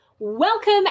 Welcome